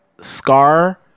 Scar